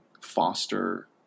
foster